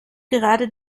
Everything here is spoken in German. gerade